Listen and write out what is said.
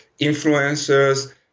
influencers